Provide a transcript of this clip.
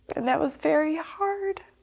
and that was very hard.